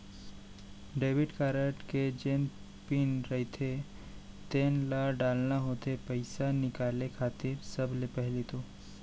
debit card के जेन pin रहिथे तेन ल डालना होथे पइसा निकाले खातिर सबले पहिली तो